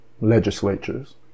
legislatures